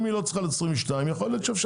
אם היא לא צריכה להיות 22 מיליון יכול להיות שאפשר